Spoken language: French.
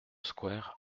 square